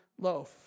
loaf